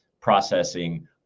processing